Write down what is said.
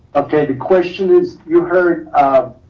okay, the question is you heard